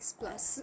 plus